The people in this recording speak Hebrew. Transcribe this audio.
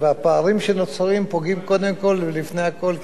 והפערים שנוצרים פוגעים קודם כול ולפני הכול,